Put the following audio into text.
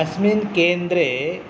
अस्मिन् केन्द्रे